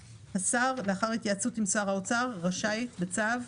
השר, לאחר התייעצות עם שר האוצר, רשאי, בצו,